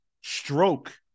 stroke